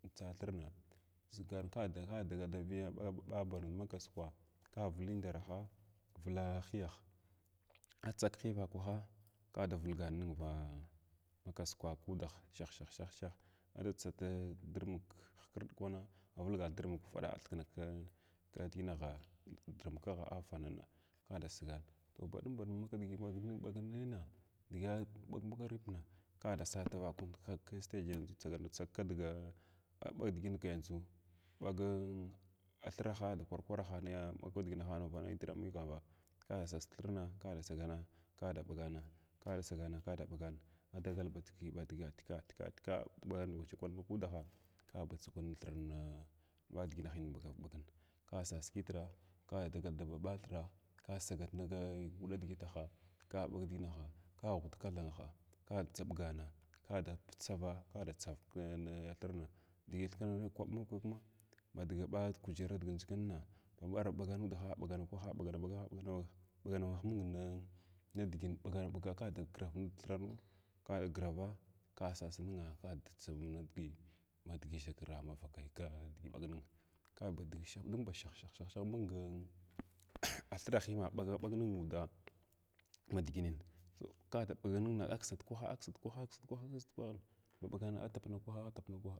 Amtsa thrna ʒigana kada davuya ɓa barnd makasukwa ka vulindanhas vula hyəyah ats khyə vakwahs kuda vulgana nig va makasukwa kudah shah sah shah ada tsa tidurmuk ɦkrɗ avulgan durmuk ufuɗa, athikna kidiginaha dirminkaha afana kada sugwana boh bɗum baɗumana ma ma digi inbagnayna digiya ɓag ma vibn ka da sa ta vakarai stg tsagana tsag kizlga abag digin yandʒu ɓagan thiraha kwar kwaraha yanah in ɓagu dighahana mitri kamba ka da sas thirns kaba sagal laba da tsaghna kaba da ɓagana ba dagal badigi dabaga ɓaga ba kwar vak kyəlmahudagha dʒagu thirna ba diginah ɓagar bagan ka sas kiru ka dagal daɓathira ka sagul na nadigitaha ka ɓag digituha, ka ghnt kathangaha kadʒiɓagana, kada tsava kada tsava turmayatrna digi thirkna nud kwaba kukuma ba dga ɓa gujera da chukunna arba ɓagan mndah aba ɓagan ning kwaha ɓagar ɓaga ɓagna wuh mung iin nm nidigin ɓagna kada girar nul kthirar kasas nunga madigi shegra manvakai ga digi aɓag ningha ka ba digi mung ba shah shah shah mung thrahina abagm ɓag ning udaa ma diginin kga ɓagninga aksant kwaha kisant kwaha akisant kwaha aksant kwahin ma ɓagana atu na kwan atupna kwaha.